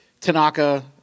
Tanaka